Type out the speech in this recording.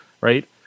Right